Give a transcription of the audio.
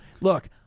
Look